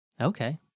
Okay